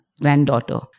granddaughter